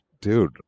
dude